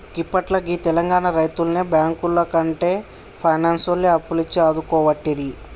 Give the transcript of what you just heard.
గిప్పట్ల గీ తెలంగాణ రైతుల్ని బాంకులకంటే పైనాన్సోల్లే అప్పులిచ్చి ఆదుకోవట్టిరి